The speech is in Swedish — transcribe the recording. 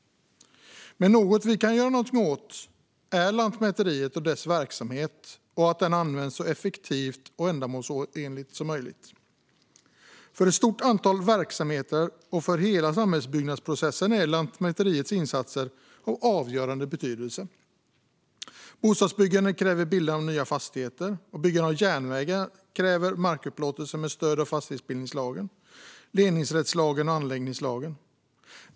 Något vi faktiskt kan påverka är Lantmäteriet. Dess verksamhet måste användas så effektivt och ändamålsenligt som möjligt. För ett stort antal verksamheter och för hela samhällsbyggnadsprocessen är Lantmäteriets insatser av avgörande betydelse. Bostadsbyggande kräver bildande av nya fastigheter, och byggande av järnvägar kräver markupplåtelser med stöd av fastighetsbildningslagen, ledningsrättslagen och anläggningslagen.